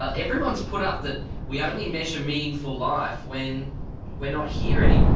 ah everyone's put up that we only measure meaningful life when we're not here any